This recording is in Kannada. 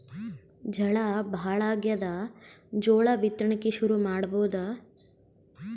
ಝಳಾ ಭಾಳಾಗ್ಯಾದ, ಜೋಳ ಬಿತ್ತಣಿಕಿ ಶುರು ಮಾಡಬೋದ?